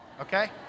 Okay